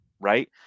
Right